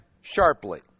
sharply